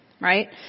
right